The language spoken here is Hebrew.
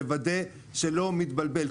לוודא שלא מתבלבל,